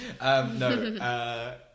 No